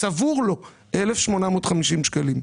צבור לו 1,850 שקלים.